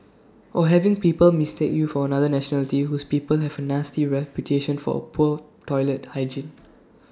or having people mistake you for another nationality whose people have A nasty reputation for A poor toilet hygiene